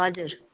हजुर